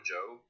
Joe